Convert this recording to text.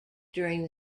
during